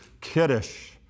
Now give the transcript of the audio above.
Kiddush